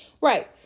right